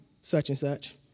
such-and-such